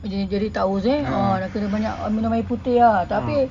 jadi jadi tak haus eh oh nak kena banyak minum air putih ah tapi